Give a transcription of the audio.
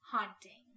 Haunting